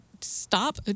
stop